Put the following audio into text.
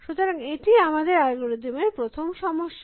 সুতরাং এটিই আমাদের অ্যালগরিদম এর প্রথম সমস্যা